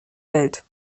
welt